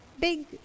big